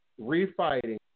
refighting